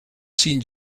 seen